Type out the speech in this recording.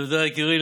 תודה, יקירי.